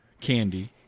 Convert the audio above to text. candy